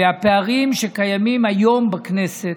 והפערים שקיימים היום בכנסת,